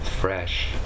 fresh